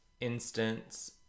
instance